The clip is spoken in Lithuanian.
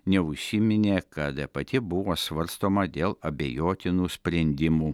neužsiminė kad pati buvo svarstoma dėl abejotinų sprendimų